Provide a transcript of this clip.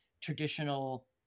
traditional